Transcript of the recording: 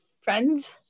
friends